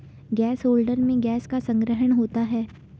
gas holder में gas का संग्रहण होता है